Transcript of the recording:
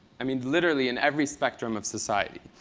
i mean, literally in every spectrum of society.